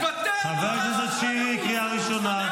אם אחרי 7 באוקטובר האנשים האלה ממשיכים לדבר על הסדר מדיני,